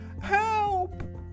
help